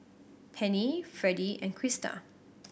Penni Freddy and Krista